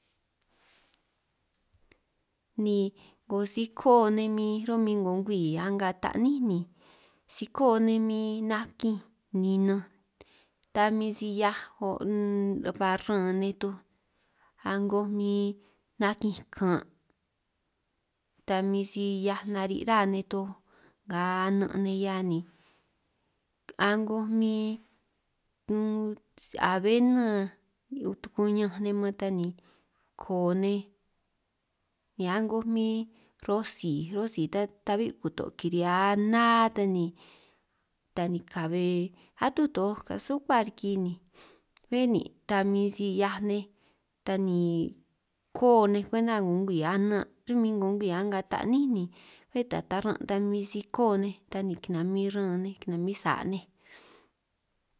Ni 'ngo si koo nej min run' min 'ngo ngwii a'nga taní ni si koo nej min nakinj ninaj, ta min si 'hia o' ba ran nej toj, a'ngo min nakinj kan' ta min si 'hiaj nari' rá nej toj nga ana' nej 'hia ni, a'ngoj min abena tukuñanj nej man ta ni koo nej, ni a'ngo min rosi rosi ta ta'bi kuto' kirihia ná ta ni ta ni ka'be atuj toj kasuka riki ni, bé nin' ta min si 'hiaj nej ta ni koo nej kwenta 'ngo ngwii anan', ro'min 'ngo ngwii a'nga taní ni bé ta taran' ta min si koo nej ta ni kinamin ran nej kinamin sa' nej.